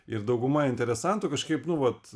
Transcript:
ir dauguma interesantų kažkaip nu vat